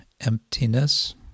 emptiness